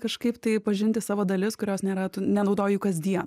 kažkaip tai pažinti savo dalis kurios nėra tu nenaudoji jų kasdien